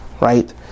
right